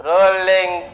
Rolling